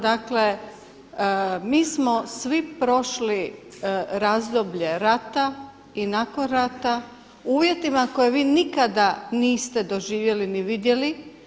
Dakle, mi smo svi prošli razdoblje rata i nakon rata u uvjetima koje vi nikada niste doživjeli ni vidjeli.